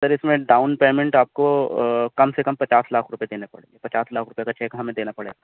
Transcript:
سر اس میں down payment آپ کو کم سے کم پچاس لاکھ روپے دینے پڑیں گے پچاس لاکھ روپے کا چیک ہمیں دینا پڑے گا